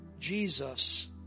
Jesus